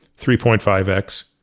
3.5X